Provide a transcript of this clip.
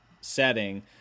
setting